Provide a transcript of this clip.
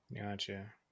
Gotcha